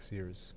Years